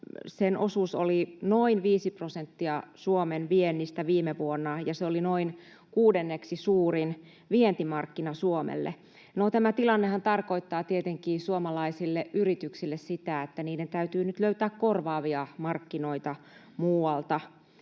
sen osuus oli noin viisi prosenttia Suomen viennistä viime vuonna ja se oli noin kuudenneksi suurin vientimarkkina Suomelle. No tämä tilannehan tarkoittaa tietenkin suomalaisille yrityksille sitä, että niiden täytyy nyt löytää korvaavia markkinoita muualta.